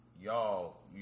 y'all